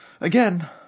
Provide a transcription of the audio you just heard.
Again